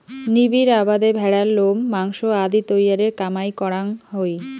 নিবিড় আবাদে ভ্যাড়ার লোম, মাংস আদি তৈয়ারের কামাই করাং হই